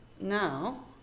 now